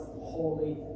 holy